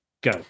go